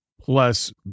plus